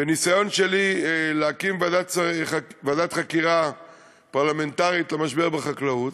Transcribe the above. בניסיון שלי להקים ועדת חקירה פרלמנטרית על המשבר בחקלאות,